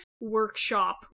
workshop